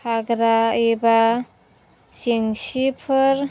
हाग्रा एबा जेंसिफोर